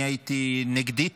אני הייתי נגדית.